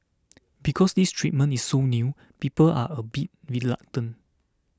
because this treatment is so new people are a bit reluctant